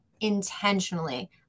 intentionally